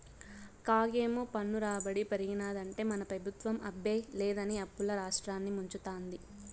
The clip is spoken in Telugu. కాగేమో పన్ను రాబడి పెరిగినాదంటే మన పెబుత్వం అబ్బే లేదని అప్పుల్ల రాష్ట్రాన్ని ముంచతాంది